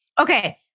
Okay